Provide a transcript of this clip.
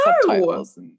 subtitles